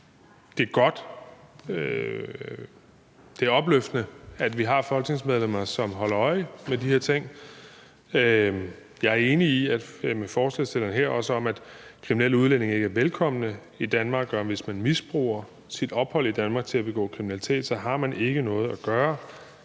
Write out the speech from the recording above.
det er godt, at det er opløftende, at vi har folketingsmedlemmer, som holder øje med de her ting. Jeg er også enig med spørgeren her i, at kriminelle udlændinge ikke er velkomne i Danmark, og at man, hvis man misbruger sit ophold i Danmark til at begå kriminalitet, så ikke har noget at gøre